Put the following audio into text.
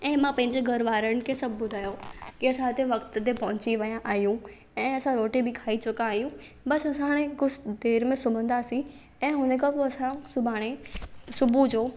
ऐं मां पंहिंजे घर वारनि खे सभु ॿुधायो कि असां हिते वक़्त ते पहुची विया आहियूं ऐं असां रोटी बि खाई चुका आहियूं बसि असां हाणे कुझु देरि में सुम्हंदासीं ऐं हुन खां पोइ असां सुभाणे सुबूह जो